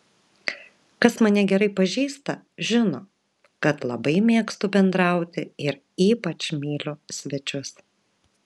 kas mane gerai pažįsta žino kad labai mėgstu bendrauti ir ypač myliu svečius